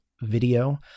video